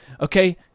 Okay